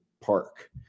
park